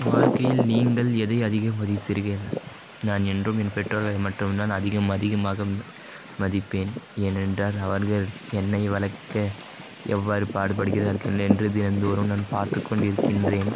வாழ்க்கையில் நீங்கள் எதை அதிகம் மதிப்பீர்கள் நான் என்றும் என் பெற்றோர்களை மட்டும் தான் அதிகம் அதிகமாக மதிப்பேன் ஏன் என்றால் அவர்கள் என்னை வளர்க்க எவ்வாறு பாடுபடுகிறார்கள் என்று தினந்தோறும் நான் பார்த்து கொண்டிருக்கின்றேன்